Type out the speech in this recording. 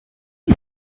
die